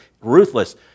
ruthless